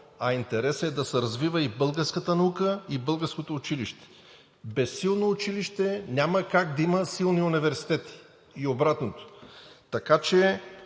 А интересът е да се развива и българската наука, и българското училище. Без силно училище няма как да има силни университети, и обратното. Така че